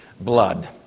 blood